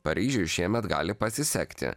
paryžiui šiemet gali pasisekti